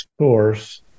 source